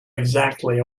exactly